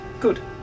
Good